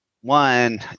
one